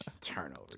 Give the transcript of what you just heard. turnover